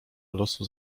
losu